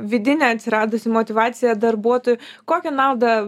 vidinė atsiradusi motyvacija darbuotojų kokią naudą